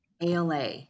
ALA